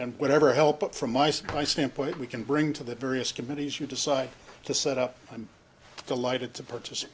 and whatever help from my supply standpoint we can bring to the various committees you decide to set up i'm delighted to purchase